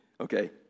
Okay